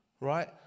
right